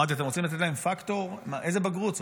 אמרתי: אתם רוצים לתת להם פקטור, איזו בגרות זאת?